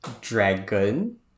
Dragon